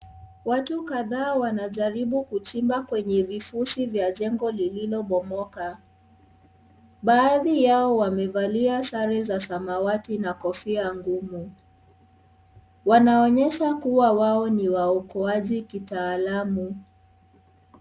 Watu kadhaa wanajaribu kuchimba kwenye vifusi vya jengo lililo bomoka baadhi yao wamevalia sare za samawati na kofia ngumu wanaonyesha kuwa wao ni waokoaji kitaalamu.